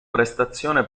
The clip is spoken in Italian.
prestazione